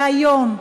והיום,